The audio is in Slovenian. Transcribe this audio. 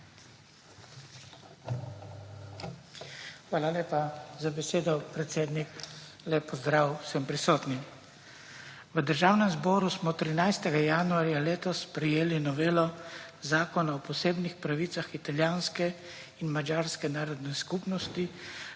Hvala lepa za besedo, predsednik. Lep pozdrav vsem prisotnim! V Državnem zboru smo 13. januarja letos sprejeli novelo Zakona o posebnih pravicah italijanske in madžarske narodne skupnosti